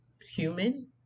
human